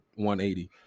180